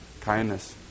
kindness